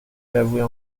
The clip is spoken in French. l’avouer